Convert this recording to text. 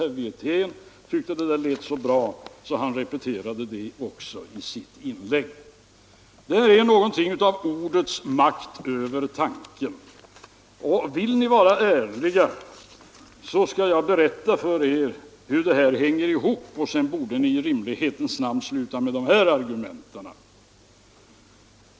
Herr Wirtén tyckte tydligen att det lät så bra att han repeterade det i sitt inlägg. Detta är något av ordets makt över tanken! Låt mig berätta för er hur det här hänger ihop — sedan borde ni, om ni är ärliga, i rimlighetens namn sluta med de här argumenten.